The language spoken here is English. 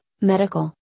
medical